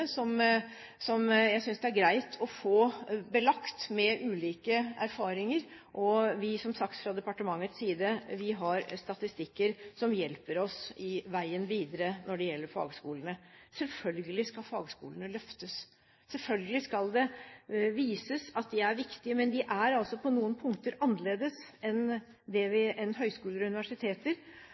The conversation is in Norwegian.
jeg synes det er greit å få belagt med ulike erfaringer, og fra departementets side har vi som sagt statistikker som hjelper oss med veien videre når det gjelder fagskolene. Selvfølgelig skal fagskolene løftes, selvfølgelig skal det vises at de er viktige. Men de er altså på noen punkter annerledes enn